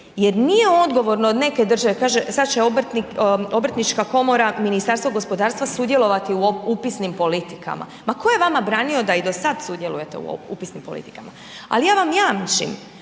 jer nije odgovorno od neke države, kaže sad će Obrtnička komora, Ministarstvo gospodarstva sudjelovati u upisnim politikama, ma tko je vama branio da i do sad sudjelujete u upisnim politikama? Ali ja vam jamčim